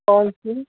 کون سی